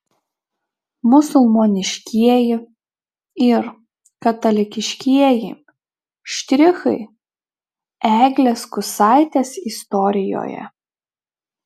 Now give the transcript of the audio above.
musulmoniškieji ir katalikiškieji štrichai eglės kusaitės istorijoje